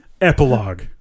Epilogue